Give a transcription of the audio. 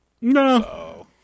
No